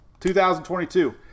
2022